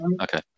okay